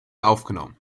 aufgenommen